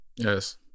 Yes